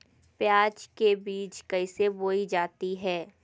प्याज के बीज कैसे बोई जाती हैं?